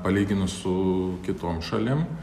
palyginus su kitom šalim